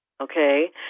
okay